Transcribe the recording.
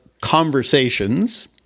conversations